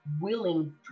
willing